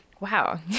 Wow